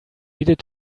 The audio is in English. needed